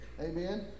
Amen